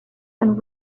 and